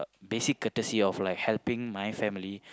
basic courtesy of like helping my family